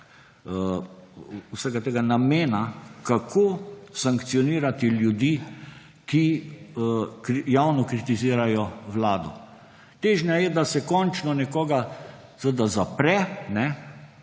vsega tega namena kot kako sankcionirati ljudi, ki javno kritizirajo vlado? Težnja je, da se končno zapre